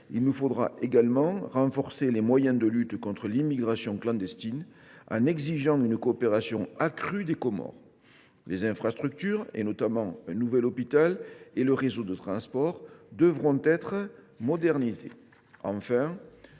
Il nous faudra également renforcer les moyens de lutte contre l’immigration clandestine en exigeant une coopération accrue des Comores. Les infrastructures, notamment le réseau de transport, devront être modernisées,